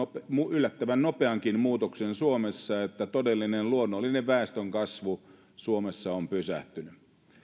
yllättävän nopeankin muutoksen suomessa että todellinen luonnollinen väestönkasvu suomessa on pysähtynyt